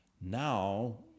now